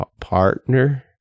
partner